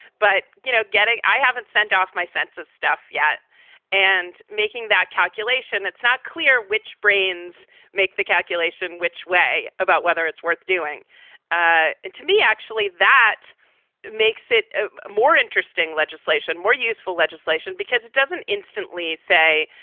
but, you know, getting i haven't sent off my census stuff yet and making that calculation, it's not clear which brains make the calculation, which way about whether it's worth doing ah and to me. actually that makes it ah more interesting legislation, more useful legislation, because it doesn't instantly say,